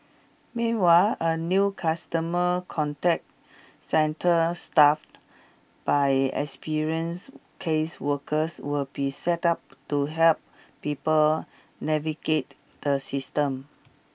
meanwhile a new customer contact centre staffed by experienced caseworkers will be set up to help people navigate the system